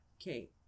okay